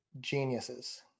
Geniuses